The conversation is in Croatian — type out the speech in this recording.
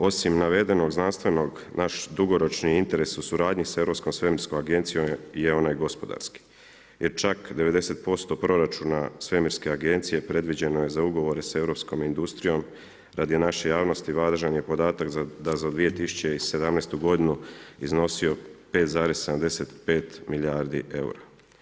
Osim navedenog znanstvenog, naš dugoročni interes u suradnji sa Europskom svemirskom agencijom je onaj gospodarski jer čak 90% proračuna svemirske agencije predviđeno je za ugovore sa europskom industrijom, radi naše javnosti važan je podatak da za 2017. g. iznosio 5,75 milijardi eura.